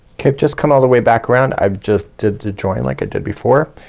okay, just come all the way back around i just did to join like it did before.